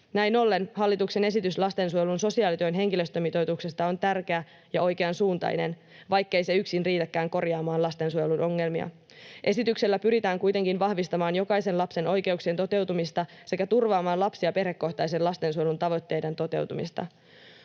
Näin ollen hallituksen esitys lastensuojelun sosiaalityön henkilöstömitoituksesta on tärkeä ja oikeansuuntainen, vaikkei se yksin riitäkään korjaamaan lastensuojelun ongelmia. Esityksellä pyritään kuitenkin vahvistamaan jokaisen lapsen oikeuksien toteutumista sekä turvaamaan lapsi- ja perhekohtaisen lastensuojelun tavoitteiden toteutumista.